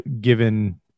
given